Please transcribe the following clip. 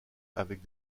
avec